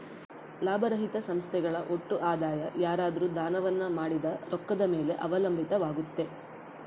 ಲಾಭರಹಿತ ಸಂಸ್ಥೆಗಳ ಒಟ್ಟು ಆದಾಯ ಯಾರಾದ್ರು ದಾನವನ್ನ ಮಾಡಿದ ರೊಕ್ಕದ ಮೇಲೆ ಅವಲಂಬಿತವಾಗುತ್ತೆ